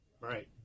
Right